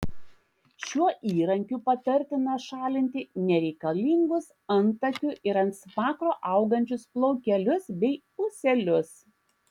šiuo įrankiu patartina šalinti nereikalingus antakių ir ant smakro augančius plaukelius bei ūselius